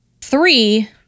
three